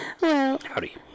Howdy